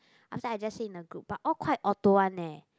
so I just say in the group but all quite auto one leh